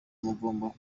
mugomba